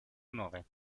onore